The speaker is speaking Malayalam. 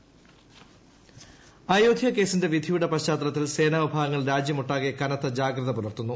അയോധ്യ സുരക്ഷ അയോധ്യ കേസിന്റെ വിധിയുടെ പശ്ചാത്തലത്തിൽ സേനാവിഭാഗങ്ങൾ രാജ്യമൊട്ടാകെ കനത്ത ജാഗ്രത പുലർത്തുന്നു